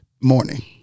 Morning